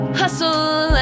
hustle